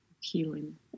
healing